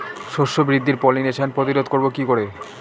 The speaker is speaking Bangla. শস্য বৃদ্ধির পলিনেশান প্রতিরোধ করব কি করে?